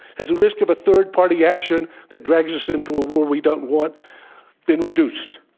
has the risk of a third-party action that drags us into a war we don't want been reduced?